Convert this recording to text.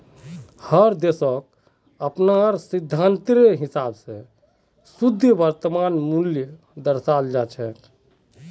हर देशक अपनार सिद्धान्तेर हिसाब स शुद्ध वर्तमान मूल्यक दर्शाल जा छेक